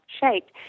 shaped